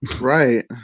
Right